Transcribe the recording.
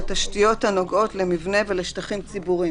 תשתיות הנוגעות למבנה ולשטחים ציבוריים,